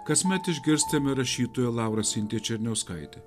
kasmet išgirstame rašytoją laurą sintiją černiauskaitę